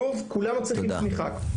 שוב, כולנו צריכים תמיכה.